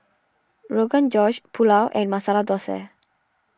Rogan Josh Pulao and Masala Dosa